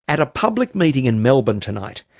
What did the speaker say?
at a public meeting in melbourne tonight,